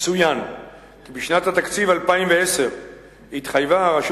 צוין כי בשנת התקציב 2010 התחייבה הרשות